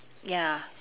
ya